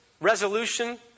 resolution